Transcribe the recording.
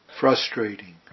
frustrating